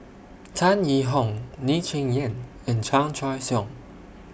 Tan Yee Hong Lee Cheng Yan and Chan Choy Siong